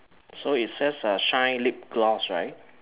so is says err shine lip gloss right